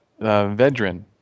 Vedran